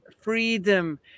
freedom